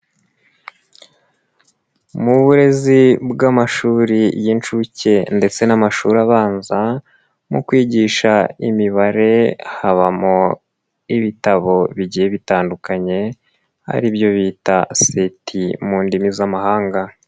Mu burezi bw'amashuri y'inshuke ndetse n'amashuri abanza, mu kwigisha imibare habamo ibitabo bigiye bitandukanye, ari byo bita seti mu ndimi z'amahanga.